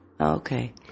Okay